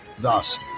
Thus